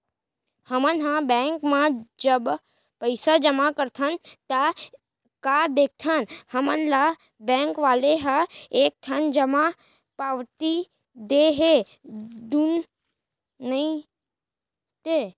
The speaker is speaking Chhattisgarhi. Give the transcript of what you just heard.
हमन ह बेंक म जब पइसा जमा करथन ता का देखथन हमन ल बेंक वाले ह एक ठन जमा पावती दे हे धुन नइ ते